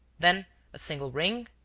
then a single ring,